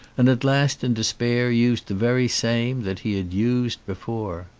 and at last in despair used the very same that he had used before.